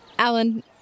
Alan